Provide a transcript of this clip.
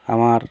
আমার